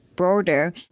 broader